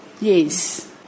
Yes